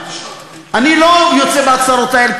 אני לא יוצא בהצהרות האלה,